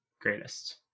greatest